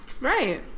right